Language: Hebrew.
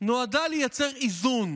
נועדה לייצר איזון,